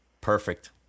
Perfect